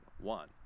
One